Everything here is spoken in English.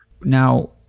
Now